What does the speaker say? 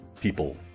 people